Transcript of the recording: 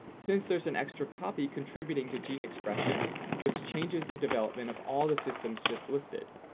since there's an extra copy contributing to gene expression which changes the development of all the systems just listed.